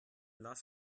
lass